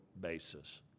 basis